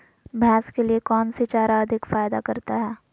भैंस के लिए कौन सी चारा अधिक फायदा करता है?